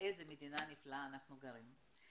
באיזו מדינה נפלאה אנחנו חיים.